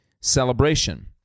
celebration